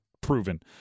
proven